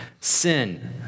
sin